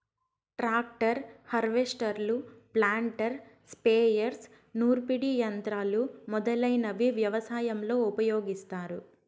tractor, హార్వెస్టర్లు, planter, sprayers, నూర్పిడి యంత్రాలు మొదలైనవి వ్యవసాయంలో ఉపయోగిస్తారు